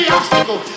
obstacle